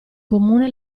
comune